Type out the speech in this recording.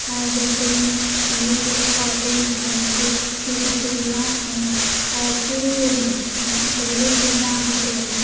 اور جیسے جیسے کارٹون ہیں جو جیسے فلماں ہیں اور پورے گندے چیزیں ہوتے ہیں